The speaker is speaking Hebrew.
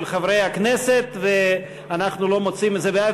חברי הכנסת ואנחנו לא מוצאים בזה בעיה,